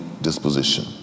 disposition